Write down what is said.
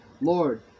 Lord